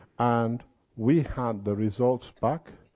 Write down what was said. and we have the results back,